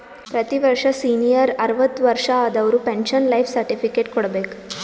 ಪ್ರತಿ ವರ್ಷ ಸೀನಿಯರ್ ಅರ್ವತ್ ವರ್ಷಾ ಆದವರು ಪೆನ್ಶನ್ ಲೈಫ್ ಸರ್ಟಿಫಿಕೇಟ್ ಕೊಡ್ಬೇಕ